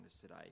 today